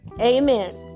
Amen